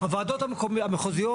הוועדות המחוזיות,